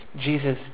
Jesus